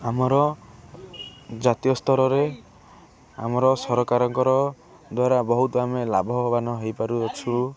ଆମର ଜାତୀୟ ସ୍ତରରେ ଆମର ସରକାରଙ୍କର ଦ୍ଵାରା ବହୁତ ଆମେ ଲାଭବାନ ହେଇପାରୁଅଛୁ